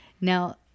Now